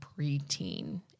preteen